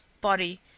body